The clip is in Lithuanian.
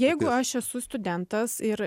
jeigu aš esu studentas ir